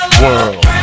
world